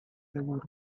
segura